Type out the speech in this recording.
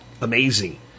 amazing